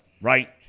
Right